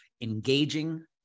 engaging